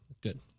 good